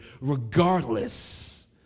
regardless